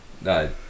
No